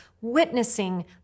witnessing